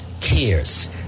cares